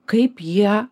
kaip jie